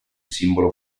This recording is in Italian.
simbolo